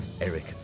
Eric